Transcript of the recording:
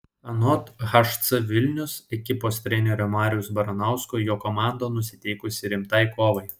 anot hc vilnius ekipos trenerio mariaus baranausko jo komanda nusiteikusi rimtai kovai